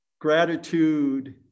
Gratitude